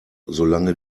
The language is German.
solange